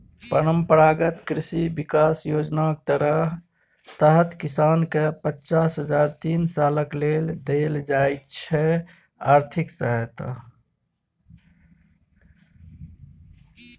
परंपरागत कृषि बिकास योजनाक तहत किसानकेँ पचास हजार तीन सालक लेल देल जाइ छै आर्थिक सहायता